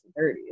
30s